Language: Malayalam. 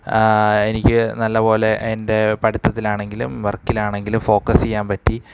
എനിക്ക് നല്ല പോലെ എൻ്റെ പഠിത്തത്തിലാണെങ്കിലും വർക്കിലാണെങ്കിലും ഫോക്കസെയ്യാൻ പറ്റി